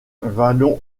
vallon